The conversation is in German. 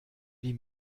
wie